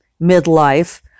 midlife